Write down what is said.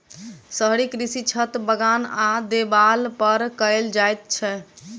शहरी कृषि छत, बगान आ देबाल पर कयल जाइत छै